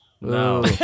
No